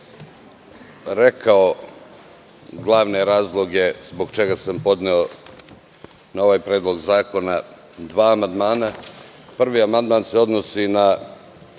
rekao glavne razloge zbog čega sam podneo na ovaj predlog zakona dva amandmana. Prvi amandman se odnosi na